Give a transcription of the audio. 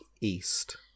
east